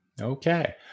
okay